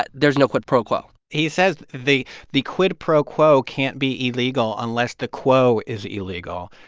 but there's no quid pro quo he says the the quid pro quo can't be illegal unless the quo is illegal.